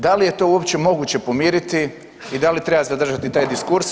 Da li je to uopće moguće pomiriti i da li treba zadržati taj diskurs?